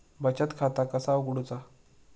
बचत खाता कसा उघडूचा?